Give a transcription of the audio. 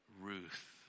Ruth